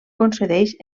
concedeix